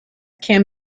can